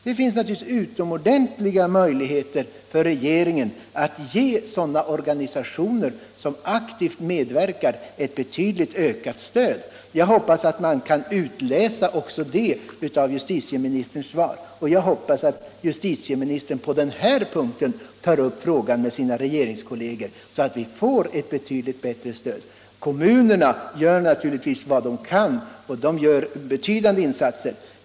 Regeringen har ju utomordentliga möjligheter att ge sådana organisationer som aktivt medverkar i dessa strävanden ett betydligt ökat stöd. Jag hoppas att man kan utläsa också det av justitieministerns svar, liksom att justitieministern tar upp även denna fråga med sina regeringskolleger, så att detta stöd kan förbättras väsentligt. Kommunerna gör naturligtvis vad de kan, och de står för betydande insatser.